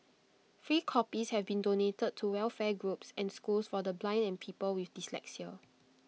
free copies have been donated to welfare groups and schools for the blind and people with dyslexia